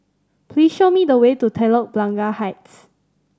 please show me the way to Telok Blangah Heights